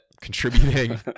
contributing